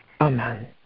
Amen